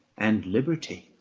and liberty.